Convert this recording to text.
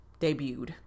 debuted